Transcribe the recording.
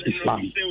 Islam